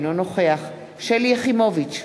אינו נוכח שלי יחימוביץ,